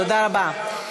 תודה רבה.